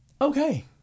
Okay